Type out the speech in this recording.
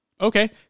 Okay